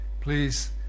please